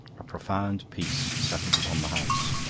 a profound peace settled upon the house.